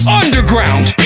underground